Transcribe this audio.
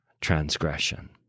transgression